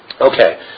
Okay